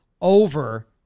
over